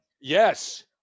Yes